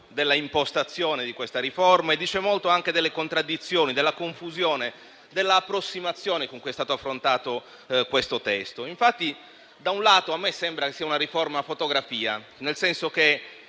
della impostazione di questa riforma e anche delle contraddizioni, della confusione, dell'approssimazione con cui è stato affrontato questo testo. Infatti, da un lato a me sembra che sia una riforma fotografia, nel senso che